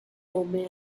old